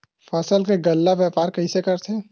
फसल के गल्ला व्यापार कइसे करथे?